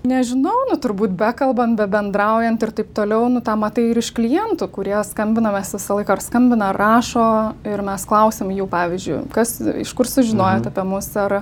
nežinau nu turbūt bekalbant bebendraujant ir taip toliau nu tą matai ir iš klientų kurie skambina mes visą laiką ar skambina ar rašo ir mes klausiam jų pavyzdžiui kas iš kur sužinojot apie mus ar